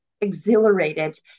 exhilarated